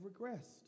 regressed